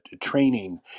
training